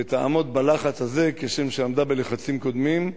ותעמוד בלחץ הזה כשם שעמדה בלחצים קודמים,